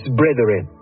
brethren